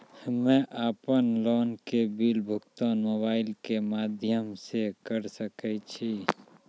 हम्मे अपन लोन के बिल भुगतान मोबाइल के माध्यम से करऽ सके छी?